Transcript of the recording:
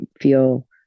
feel